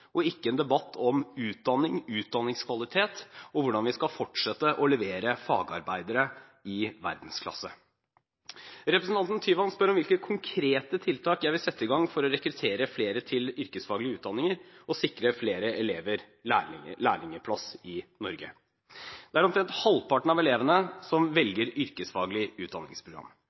og ikke en debatt om utdanning, utdanningskvalitet og hvordan vi skal fortsette å levere fagarbeidere i verdensklasse. Representanten Tyvand spør om hvilke konkrete tiltak jeg vil sette i gang for å rekruttere flere til yrkesfaglige utdanninger og sikre flere elever lærlingplass i Norge. Det er omtrent halvparten av elevene som